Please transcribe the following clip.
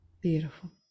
Beautiful